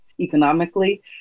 economically